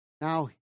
Now